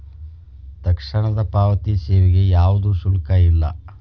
ತಕ್ಷಣದ ಪಾವತಿ ಸೇವೆಗೆ ಯಾವ್ದು ಶುಲ್ಕ ಇಲ್ಲ